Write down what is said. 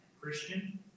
Christian